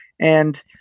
And-